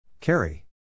Carry